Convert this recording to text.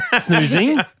snoozing